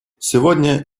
сегодня